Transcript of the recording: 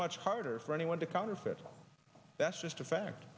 much harder for anyone to counterfeit that's just a fact